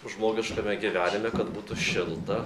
žmogiškame gyvenime kad būtų šilta